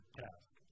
task